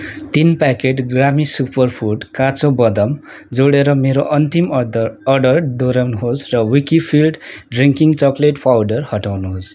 तिन प्याकेट ग्रामी सुपरफुड काँचो बदम जोडेर मेरो अन्तिम अद अर्डर दोहोऱ्याउनुहोस् र विकफिल्ड ड्रिङ्किङ चक्लेट फाउडर हटाउनुहोस्